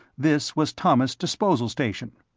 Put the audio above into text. this was thomas' disposal station.